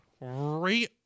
right